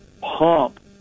pump